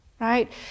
right